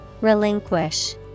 Relinquish